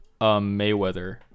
Mayweather